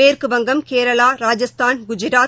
மேற்குவங்கம் கேரளா ராஜஸ்தான் குஜாத்